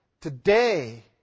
today